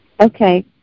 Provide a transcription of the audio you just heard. Okay